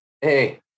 Hey